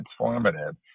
transformative